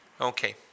Okay